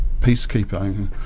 peacekeeping